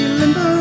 limbo